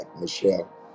Michelle